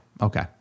Okay